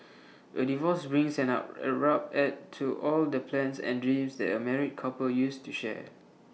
A divorce brings an up abrupt end to all the plans and dreams that A married couple used to share